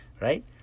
Right